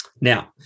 Now